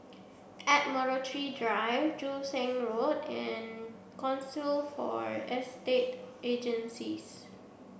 Admiralty Drive Joo Seng Road and Council for Estate Agencies